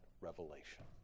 revelation